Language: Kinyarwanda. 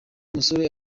musore